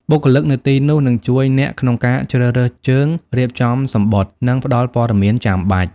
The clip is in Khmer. បុគ្គលិកនៅទីនោះនឹងជួយអ្នកក្នុងការជ្រើសរើសជើង រៀបចំសំបុត្រ និងផ្តល់ព័ត៌មានចាំបាច់។